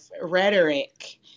rhetoric